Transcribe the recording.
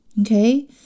Okay